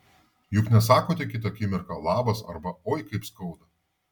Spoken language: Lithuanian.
juk nesakote kitą akimirką labas arba oi kaip skauda